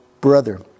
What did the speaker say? brother